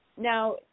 Now